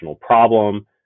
problem